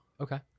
Okay